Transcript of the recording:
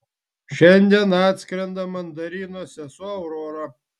šiandien atskrenda mandarino sesuo aurora